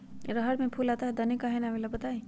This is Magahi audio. रहर मे फूल आता हैं दने काहे न आबेले बताई?